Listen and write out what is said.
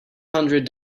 hundred